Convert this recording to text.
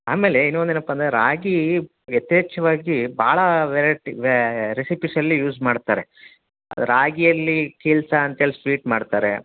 ಆಮೇಲೆ ಇನ್ನೂ ಒಂದು ಏನಪ್ಪ ಅಂದರೆ ರಾಗಿ ಯಥೇಚ್ಛವಾಗಿ ಭಾಳ ವೆರೈಟಿ ವೇ ರೆಸಿಪೀಸಲ್ಲಿ ಯೂಸ್ ಮಾಡ್ತಾರೆ ರಾಗಿಯಲ್ಲಿ ಕಿಲ್ಸ ಅಂತ ಹೇಳ್ ಸ್ವೀಟ್ ಮಾಡ್ತಾರೆ